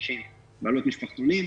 3,650 בעלות משפחתונים.